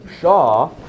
Shaw